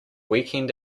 weekend